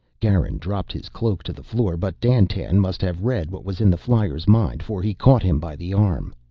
garin dropped his cloak to the floor, but dandtan must have read what was in the flyer's mind, for he caught him by the arm.